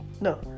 No